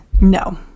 No